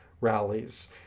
rallies